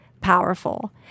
powerful